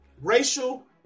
racial